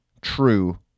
true